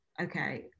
Okay